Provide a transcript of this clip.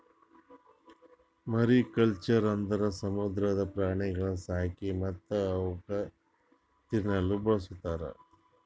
mariculture ಅಂದುರ್ ಸಮುದ್ರದ ಪ್ರಾಣಿಗೊಳ್ ಸಾಕಿ ಮತ್ತ್ ಅವುಕ್ ತಿನ್ನಲೂಕ್ ಬಳಸ್ತಾರ್